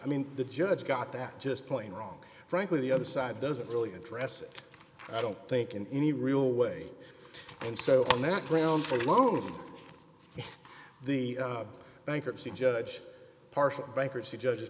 i mean the judge got that just plain wrong frankly the other side doesn't really address it i don't think in any real way and so on that ground for loading the bankruptcy judge partial bankruptcy judges